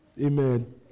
Amen